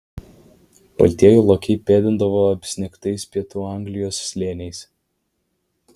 baltieji lokiai pėdindavo apsnigtais pietų anglijos slėniais